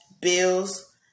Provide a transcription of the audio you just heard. bills